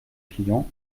client